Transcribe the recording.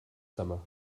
summer